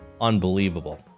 unbelievable